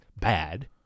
bad